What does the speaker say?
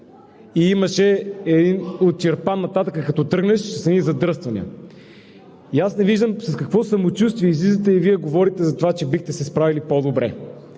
8 часа. И от Чирпан нататък като тръгнеш, имаше задръствания. И аз не виждам с какво самочувствие Вие излизате и говорите за това, че бихте се справили по-добре.